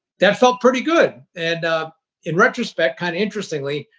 that felt pretty good. and in retrospect, kind of interestingly,